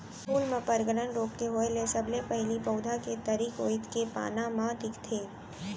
फूल म पर्नगलन रोग के होय ले सबले पहिली पउधा के तरी कोइत के पाना म दिखथे